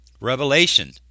Revelation